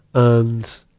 and,